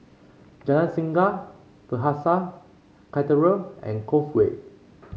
Jalan Singa Bethesda Cathedral and Cove Way